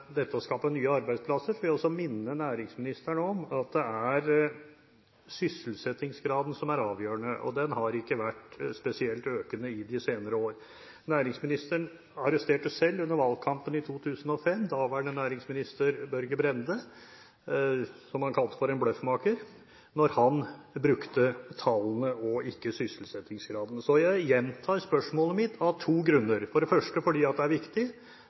å skape nye arbeidsplasser, vil jeg også minne næringsministeren om at det er sysselsettingsgraden som er avgjørende, og den har ikke vært spesielt økende i de senere år. Næringsministeren arresterte selv under valgkampen i 2005 daværende næringsminister Børge Brende, som han kalte for en bløffmaker da han brukte tallene og ikke sysselsettingsgraden. Så jeg gjentar spørsmålet mitt av to grunner – for det første fordi det er viktig,